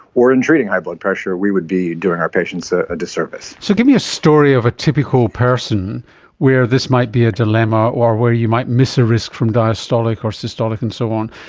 or in treating high blood pressure we would be doing our patients a a disservice. so give me a story of a typical person where this might be a dilemma or where you might miss a risk from diastolic or systolic and so on,